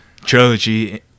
trilogy